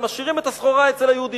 הם משאירים את הסחורה אצל היהודי,